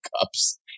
Cups